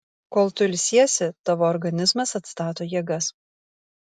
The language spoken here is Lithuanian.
kol tu ilsiesi tavo organizmas atstato jėgas